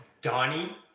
Donnie